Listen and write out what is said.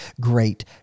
great